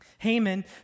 Haman